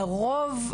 לרוב,